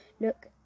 look